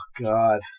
God